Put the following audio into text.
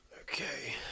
Okay